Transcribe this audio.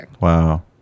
Wow